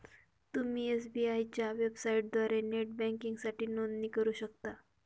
तुम्ही एस.बी.आय च्या वेबसाइटद्वारे नेट बँकिंगसाठी नोंदणी करू शकता